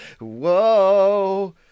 Whoa